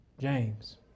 James